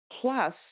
Plus